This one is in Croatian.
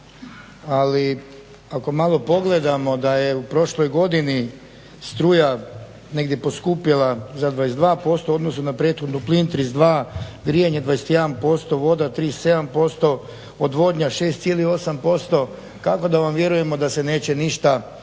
Ali, ako malo pogledamo da je u prošloj godini struja negdje poskupjela za 22% u odnosu na prethodnu plin 32, grijanje 21%, voda 37%, odvodnja 6,8%. Kako da vam vjerujemo da se neće ništa drastično